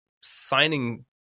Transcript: signing